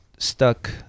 stuck